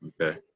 Okay